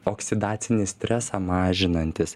oksidacinį stresą mažinantys